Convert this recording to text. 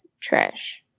trash